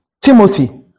Timothy